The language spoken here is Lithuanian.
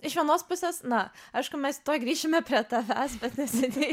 iš vienos pusės na aišku mes tuoj grįšime prie tavęs bet neseniai